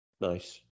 Nice